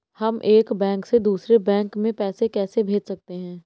हम एक बैंक से दूसरे बैंक में पैसे कैसे भेज सकते हैं?